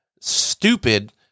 stupid